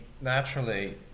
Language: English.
naturally